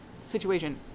situation